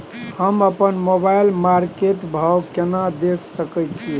हम अपन मोबाइल पर मार्केट भाव केना देख सकै छिये?